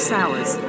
hours